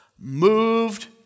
moved